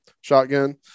shotgun